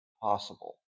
possible